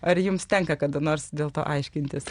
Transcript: ar jums tenka kada nors dėl to aiškintis